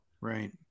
Right